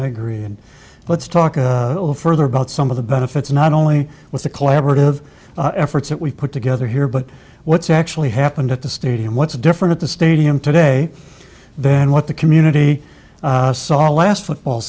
really and let's talk a little further about some of the benefits not only with the collaborative efforts that we put together here but what's actually happened at the stadium what's different at the stadium today than what the community sorry last football